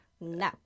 No